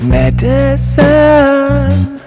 medicine